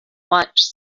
lunch